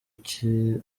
ikinini